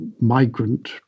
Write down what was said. migrant